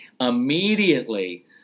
Immediately